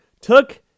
took